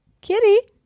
Kitty